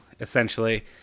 essentially